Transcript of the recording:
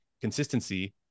consistency